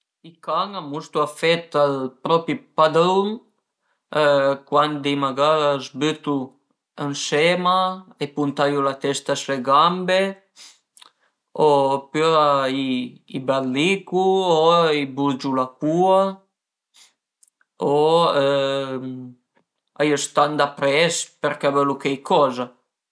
I can a mustu afet al propi padrun cuandi magara a së bütu ënsema e puntaiu la testa s'le gambe opüra i berlicu o i buguu la cua o a ie stan dapres përché a völu cuaicoza